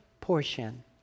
portion